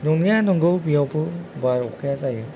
नंनाया नंगै बेयावबो बार अखाया जायो